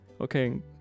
okay